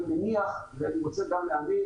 אני מניח ושאני רוצה גם להאמין